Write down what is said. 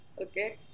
okay